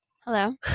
Hello